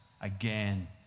again